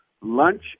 lunch